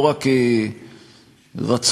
לא עומד